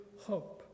hope